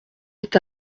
est